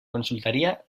consultoria